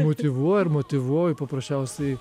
motyvuoju ir motyvuoju paprasčiausiai